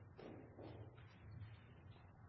den, og